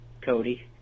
Cody